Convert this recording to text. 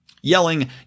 yelling